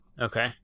Okay